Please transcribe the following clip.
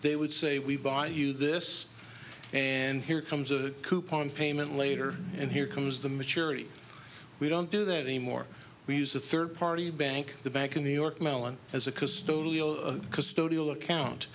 they would say we buy you this and here comes a coupon payment later and here comes the maturity we don't do that anymore we use the third party bank the bank in new york mellon as a